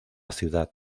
ciudad